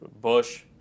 Bush